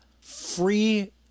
free